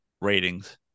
ratings